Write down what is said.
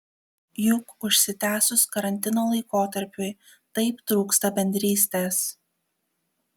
juk užsitęsus karantino laikotarpiui taip trūksta bendrystės